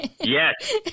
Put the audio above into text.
Yes